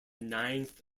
ninth